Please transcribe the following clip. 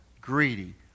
greedy